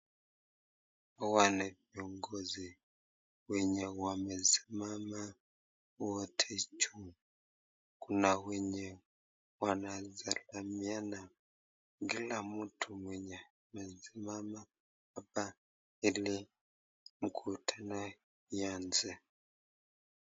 Hawa ni viongozi wenye wamesimama wote juu, kuna wenye wanasalimiana, kila mtu mwenye amesimama hapa ili mkutano ianze.